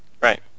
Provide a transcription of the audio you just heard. Right